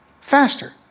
faster